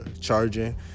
charging